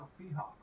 Seahawks